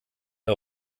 der